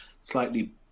slightly